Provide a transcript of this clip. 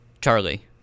Charlie